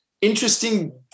interesting